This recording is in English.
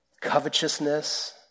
covetousness